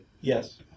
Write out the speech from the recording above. Yes